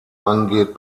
angeht